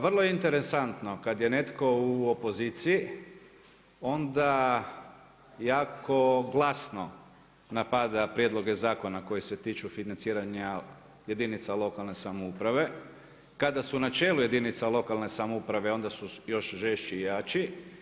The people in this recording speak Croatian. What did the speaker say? Vrlo je interesantno kad je netko u opoziciji onda jako glasno napada prijedloge zakona koji se tiču financiranja jedinica lokalne samouprave kada su na čelu jedinica lokalne samouprave onda su još žešći i jači.